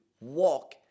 walk